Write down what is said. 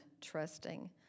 Trusting